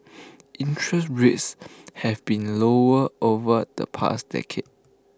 interest rates have been lower over the past decade